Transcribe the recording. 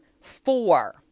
four